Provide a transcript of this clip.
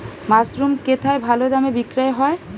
Mushroom কেথায় ভালোদামে বিক্রয় হয়?